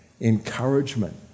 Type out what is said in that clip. encouragement